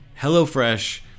HelloFresh